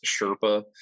Sherpa